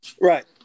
Right